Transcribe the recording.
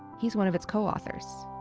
he's one of its coauthors.